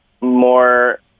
more